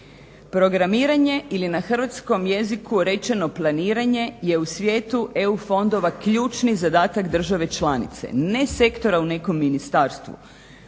Programiranje ili na hrvatskom jeziku rečeno planiranje, je u svijetu EU fondova ključni zadatak države članice. Ne sektora u nekom ministarstvu